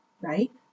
right